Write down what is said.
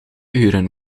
uren